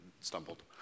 stumbled